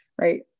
right